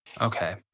okay